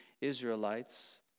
Israelites